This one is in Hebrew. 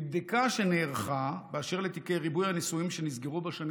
מבדיקה שנערכה באשר לתיקי ריבוי הנישואין שנסגרו בשנים